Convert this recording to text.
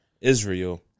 Israel